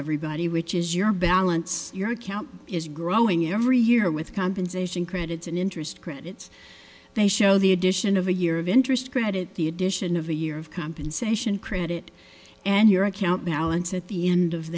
everybody which is your balance your account is growing every year with compensation credits and interest credits they show the addition of a year of interest credit the addition of a year of compensation credit and your account balance at the end of